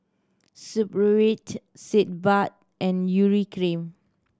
Supravit Sitz Bath and Urea Cream